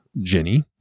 Jenny